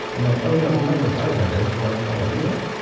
and like oh, yeah, it was kind of a side effect. i just like how i feel.